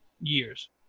years